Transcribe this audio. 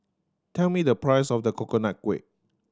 tell me the price of the Coconut Kuih